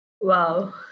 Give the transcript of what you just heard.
Wow